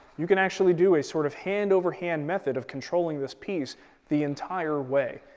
you can actually do a sort of hand over hand method of controlling this piece the entire way.